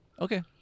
Okay